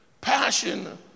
Passion